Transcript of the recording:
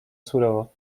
surowo